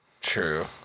True